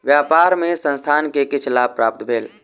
व्यापार मे संस्थान के किछ लाभ प्राप्त भेल